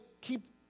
keep